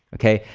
okay?